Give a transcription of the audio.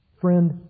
Friend